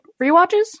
rewatches